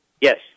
Yes